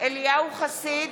אליהו חסיד,